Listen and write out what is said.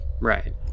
right